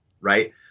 right